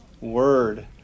word